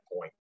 point